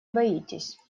боитесь